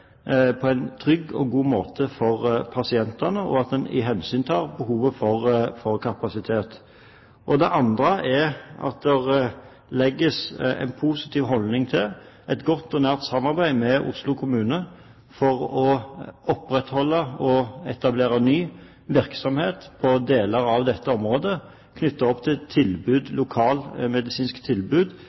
på at overføringen skjer på en trygg og god måte for pasientene, og at en tar hensyn til behovet for kapasitet. Det tredje er at det legges opp til en positiv holdning til et godt og nært samarbeid med Oslo kommune for å opprettholde og etablere ny virksomhet på deler av dette området knyttet opp til lokale medisinske tilbud